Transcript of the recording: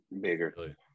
Bigger